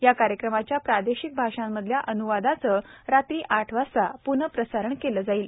या कार्यक्रमाच्या प्रादेशिक भाषांमधल्या अनुवादाचं रात्री आठ वाजता पुनःप्रसारण केलं जाईल